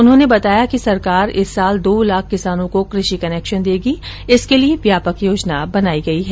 उन्होंने बताया कि सरकार इस साल दो लाख किसानों को कृषि कनेक्शन देगी जिसके लिए व्यापक योजना बनाई गई है